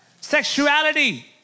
Sexuality